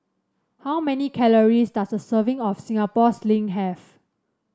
how many calories does a serving of Singapore Sling have